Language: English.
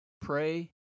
Pray